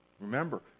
remember